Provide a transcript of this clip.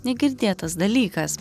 negirdėtas dalykas